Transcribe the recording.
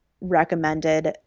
recommended